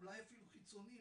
אולי אפילו חיצוני,